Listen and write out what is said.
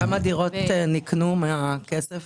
כמה דירות ניקנו מהכסף?